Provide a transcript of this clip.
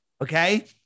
Okay